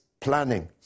planning